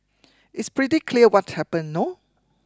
it's pretty clear what happened no